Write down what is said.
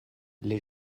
les